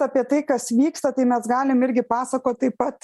apie tai kas vyksta tai mes galim irgi pasakot taip pat